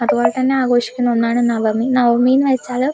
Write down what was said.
അതുപോലെ തന്നെ ആഘോഷിക്കുന്ന ഒന്നാണ് നവമി നവമി എന്ന് വച്ചാല്